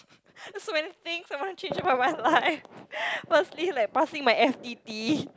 so many things I want to change about my life firstly like passing my f_t_t